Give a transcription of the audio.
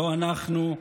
לא אנחנו,